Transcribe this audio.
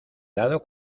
dado